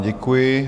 Děkuji.